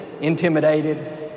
intimidated